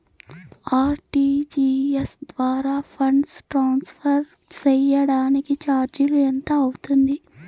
RTGS ద్వారా funds transfer సేయడానికి చార్జీలు ఎంత అవుతుంది